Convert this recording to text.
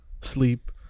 sleep